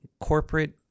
corporate